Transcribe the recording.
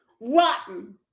rotten